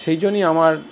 সেই জন্যেই আমার